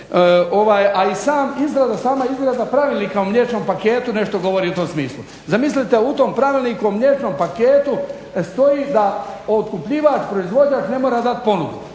A i sama izrada Pravilnika o mliječnom paketu nešto govori u tom smislu. Zamislite u tom Pravilniku o mliječnom paketu stoji da otkupljivač proizvođač ne mora dati ponudu.